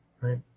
right